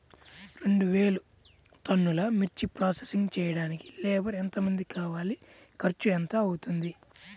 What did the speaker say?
రెండు వేలు టన్నుల మిర్చి ప్రోసెసింగ్ చేయడానికి లేబర్ ఎంతమంది కావాలి, ఖర్చు ఎంత అవుతుంది?